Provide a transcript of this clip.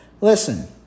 Listen